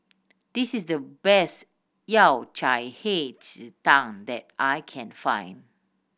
this is the best Yao Cai Hei Ji Tang that I can find